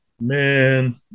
Man